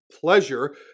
pleasure